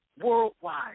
worldwide